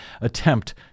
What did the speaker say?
attempt